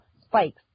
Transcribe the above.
spikes